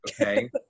okay